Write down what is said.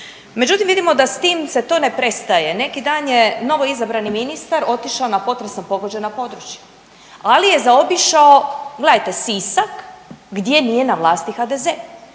Međutim, vidimo da s tim se to ne prestaje, neki dan je novoizabrani ministar otišao na potresom pogođena područja. Ali je zaobišao, gledajte Sisak, gdje nije na vlasti HDZ,